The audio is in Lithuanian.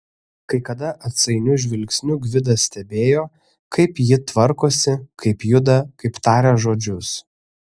kai kada atsainiu žvilgsniu gvidas stebėjo kaip ji tvarkosi kaip juda kaip taria žodžius